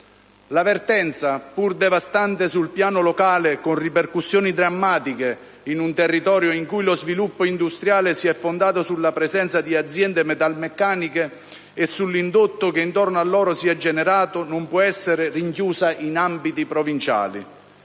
La vertenza, pur devastante sul piano locale, con ripercussioni drammatiche in un territorio in cui lo sviluppo industriale si è fondato sulla presenza di aziende metalmeccaniche e sull'indotto che intorno a loro si è generato, non può essere rinchiusa in ambiti provinciali.